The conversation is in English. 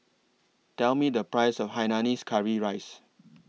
Tell Me The Price of Hainanese Curry Rice